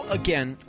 again